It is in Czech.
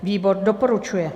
Výbor doporučuje.